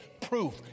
proof